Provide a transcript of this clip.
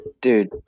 Dude